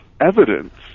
evidence